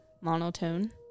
monotone